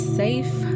safe